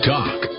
Talk